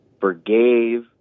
forgave